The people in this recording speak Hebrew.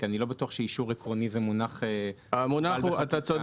כי אני לא בטוח שאישור עקרוני זה מונח -- אתה צודק,